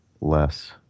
less